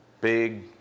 big